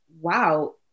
wow